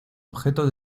objetos